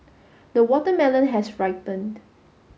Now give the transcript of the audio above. the watermelon has ripened